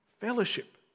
fellowship